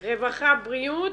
רווחה, בריאות,